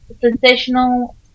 Sensational